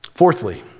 Fourthly